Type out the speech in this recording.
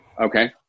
Okay